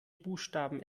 buchstaben